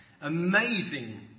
Amazing